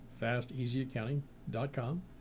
fasteasyaccounting.com